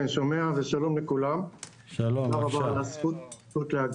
כן, שומע ושלום לכולם, תודה רבה על הזכות להגיב.